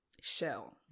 shell